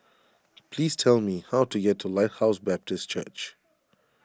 please tell me how to get to Lighthouse Baptist Church